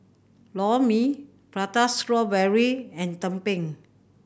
Lor Mee Prata Strawberry and tumpeng